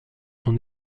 son